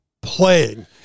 playing